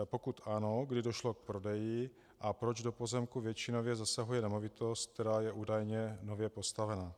Pokud ano, kdy došlo k prodeji a proč do pozemku většinově zasahuje nemovitost, která je údajně nově postavena?